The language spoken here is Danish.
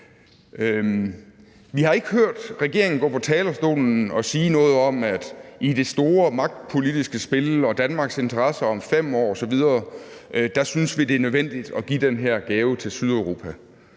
Vi har ikke hørt regeringen gå på talerstolen og sige noget om, at i det store magtpolitiske spil og i forhold til Danmarks interesser om 5 år osv. synes vi det er nødvendigt at give den her gave til Sydeuropa.